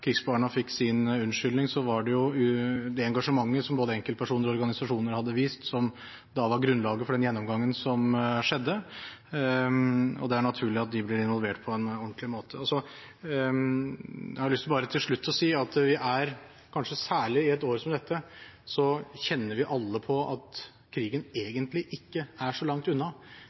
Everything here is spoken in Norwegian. krigsbarna fikk sin unnskyldning. Da var det det engasjementet som både enkeltpersoner og organisasjoner hadde vist, som var grunnlaget for den gjennomgangen som skjedde. Det er naturlig at de ble involvert på en ordentlig måte. Så har jeg til slutt lyst til å si at kanskje særlig i et år som dette kjenner vi alle på at krigen